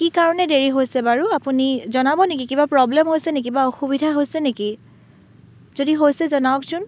কি কাৰণে দেৰি হৈছে বাৰু আপুনি জনাব নেকি কিবা প্ৰব্লেম হৈছে নেকি বা অসুবিধা হৈছে নেকি যদি হৈছে জনাওকচোন